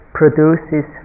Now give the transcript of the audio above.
produces